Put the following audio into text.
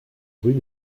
rue